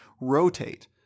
rotate